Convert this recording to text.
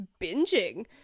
binging